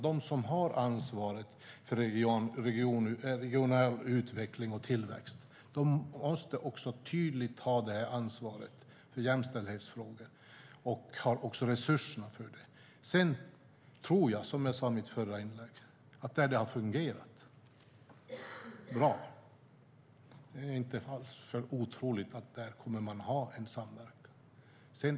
De som har ansvaret för regional utveckling och tillväxt måste också tydligt ta ansvaret för jämställdhetsfrågor och har även resurserna för det. Sedan tror jag, som jag sa i mitt förra inlägg, att där det har fungerat bra finner jag det inte alls för otroligt att man kommer att ha en samverkan.